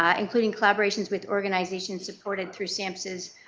um including collaborations with organizations supported through samhsa's